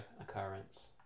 occurrence